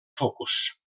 focus